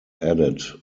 added